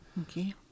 Okay